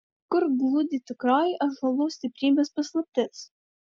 kur glūdi tikroji ąžuolų stiprybės paslaptis